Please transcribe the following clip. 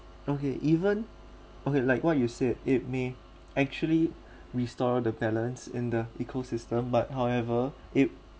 okay even okay like what you said it may actually restore the balance in the ecosystem but however it